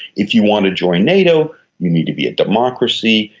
if you want to join nato you need to be a democracy,